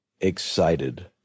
excited